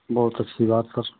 बहुत अच्छी बात सर